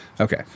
Okay